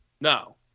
No